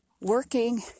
working